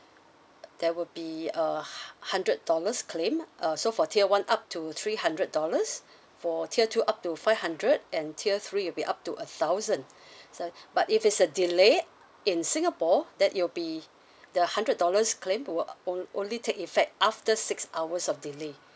there will be a h~ hundred dollars claim uh so for tier one up to three hundred dollars for tier two up to five hundred and tier three will be up to a thousand so but if it's a delay in singapore then it'll be the hundred dollars claim will on~ only take effect after six hours of delay